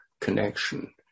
connection